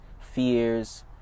fears